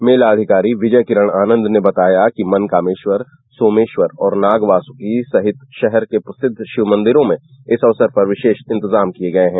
मेलाधिकारी विजय किरण आनन्द ने बताया मनकामेश्वर सोमेश्वर और नागवासुकी सहित शहर के सभी प्रसिद्ध मंदिरों में इस अवसर पर विशेष इंतजाम किए गये हैं